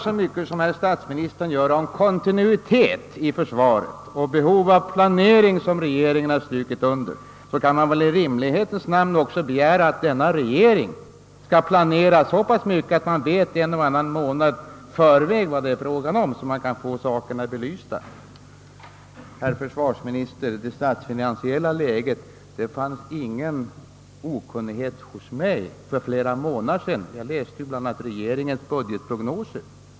När statsministern talar om kontinuitet i försvaret och om behovet av planering, kan man väl i rimlighetens namn också begära att regeringen skall planera så pass mycket att man vet vad det är fråga om och kan få sakerna belysta. Herr försvarsminister! Redan för flera månader sedan var jag ingalunda okunnig om det statsfinansiella läget; jag hade bl.a. läst regeringens budgetprognoser.